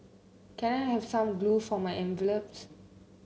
can I have some glue for my envelopes